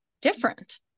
different